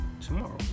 Tomorrow